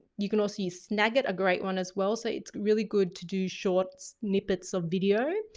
you can also use snagit, a great one as well. so it's really good to do short snippets of video.